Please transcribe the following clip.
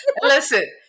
Listen